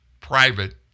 private